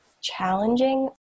challenging